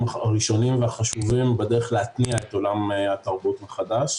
הראשונים והחשובים בדרך להתניע את עולם התרבות מחדש.